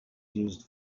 used